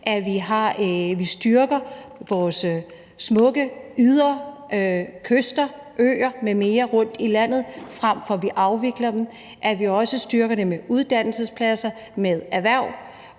at vi styrker vores smukke kyster, øer m.m. rundt i landet, frem for at vi afvikler dem, og at vi også styrker dem med uddannelsespladser, med erhverv